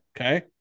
Okay